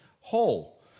whole